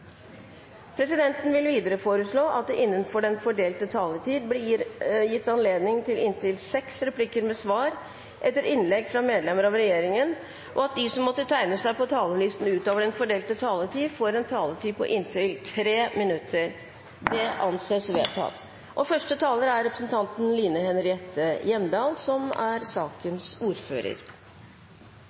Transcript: presidenten foreslå at det blir gitt anledning til fem replikker med svar etter innlegg fra medlemmer av regjeringen innenfor den fordelte taletid og at de som måtte tegne seg på talerlisten utover den fordelte taletid, får en taletid på inntil 3 minutter. – Det anses vedtatt. Første taler er representanten Sverre Myrli, som nå fungerer som ordfører for saken. E18 er